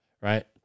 right